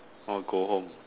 orh go home